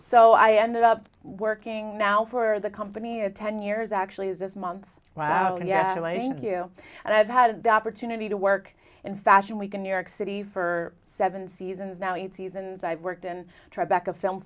so i ended up working now for the company of ten years actually this month yeah i think you and i've had the opportunity to work in fashion week in new york city for seven seasons now and seasons i've worked and tribeca film